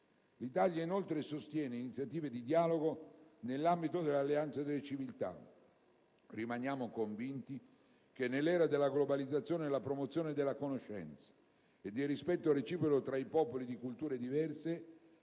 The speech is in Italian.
L'Italia sostiene inoltre iniziative di dialogo nell'ambito dell'Alleanza delle Civiltà: rimaniamo convinti che, nell'era della globalizzazione, la promozione della conoscenza e del rispetto reciproco tra i popoli di culture diverse